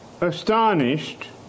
astonished